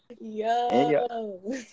Yo